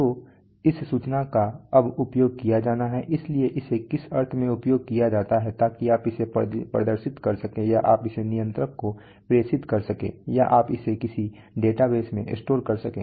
तो इस सूचना का अब उपयोग किया जाना है इसलिए इसे किस अर्थ में उपयोग किया जाता है ताकि आप इसे प्रदर्शित कर सकें या आप इसे नियंत्रक को प्रेषित कर सकें या आप इसे किसी डेटाबेस में स्टोर कर सकें